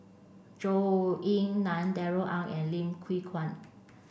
Zhou Ying Nan Darrell Ang and Lim Kew Kuan